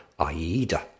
Aida